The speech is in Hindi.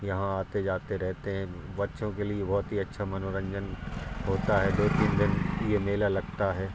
यहाँ आते जाते रहेते हैं बच्चों के लिए बहुत ही अच्छा मनोरंजन होता है दो तीन दिन ये मेला लगता है